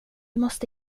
måste